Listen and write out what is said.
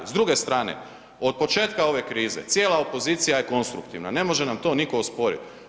S druge strane, od početka ove krize cijela opozicija je konstruktivna, ne može nam to niko osporit.